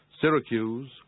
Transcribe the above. Syracuse